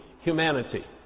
humanity